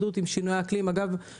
שינויי אקלים ועוד.